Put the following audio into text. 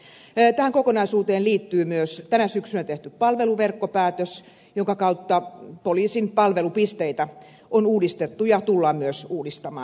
tähän kokonaisuuteen liittyy myös tänä syksynä tehty palveluverkkopäätös jonka kautta poliisin palvelupisteitä on uudistettu ja tullaan myös uudistamaan